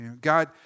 God